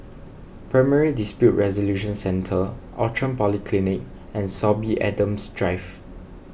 Primary Dispute Resolution Centre Outram Polyclinic and Sorby Adams Drive